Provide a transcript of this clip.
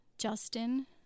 Justin